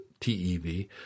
TEV